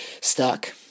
stuck